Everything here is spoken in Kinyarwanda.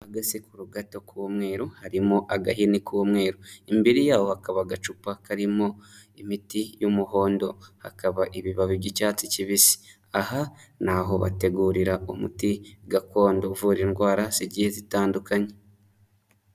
Agasekuru gato k'umweru harimo agahini k'umweru, imbere yaho hakaba agacupa karimo imiti y'umuhondo, hakaba ibibabi by'icyatsi kibisi, aha ni aho bategurira umuti gakondo uvura indwara zigiye zitandukanye.